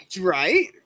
Right